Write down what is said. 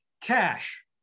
cash